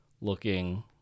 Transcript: looking